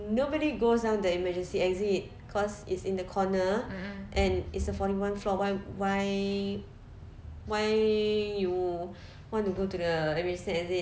nobody goes down the emergency exit cause it's in the corner and it's a forty one floor why why why you want to go to the emergency exit